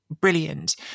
brilliant